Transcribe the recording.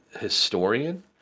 historian